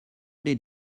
did